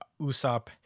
Usopp